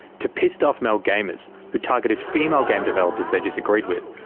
to pissed off male gamers who targeted female game developers they disagreed with,